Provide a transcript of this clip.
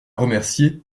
remercier